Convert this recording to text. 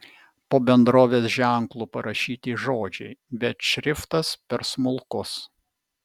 po bendrovės ženklu parašyti žodžiai bet šriftas per smulkus